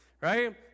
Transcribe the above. Right